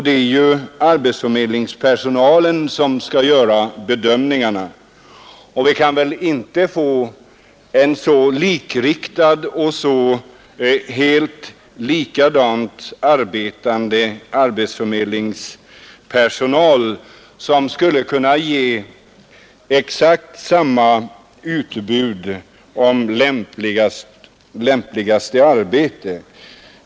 Det är ju arbetsförmedlingspersonalen som skall göra bedömningarna, och vi kan väl inte få en så likartad och så helt likadant arbetande arbetsförmedlingspersonal som skulle kunna ge exakt samma utbud om lämpligaste arbete.